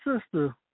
sister